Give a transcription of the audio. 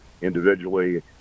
individually